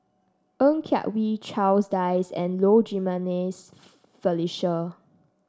Ng Yak Whee Charles Dyce and Low Jimenez Felicia